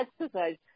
exercise